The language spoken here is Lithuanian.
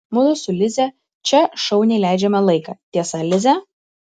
mudu su lize čia šauniai leidžiame laiką tiesa lize